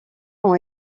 ont